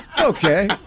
okay